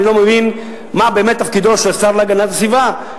אני לא מבין מה באמת תפקידו של השר להגנת הסביבה,